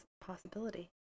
possibility